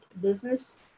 business